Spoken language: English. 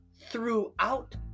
throughout